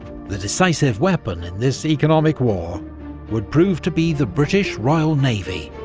the decisive weapon in this economic war would prove to be the british royal navy,